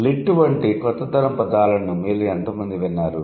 lit వంటి కొత్త తరం పదాలను మీలో ఎంతమంది విన్నారు